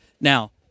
Now